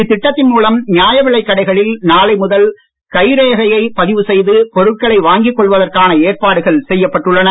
இத்திட்டத்தின் மூலம் நியாய விலைக்கடைகளில் நாளை முதல் கைரேகையை பதிவு செய்து பொருட்களை வாங்கிக் கொள்வதற்கான ஏற்பாடுகள் செய்யப்பட்டுள்ளன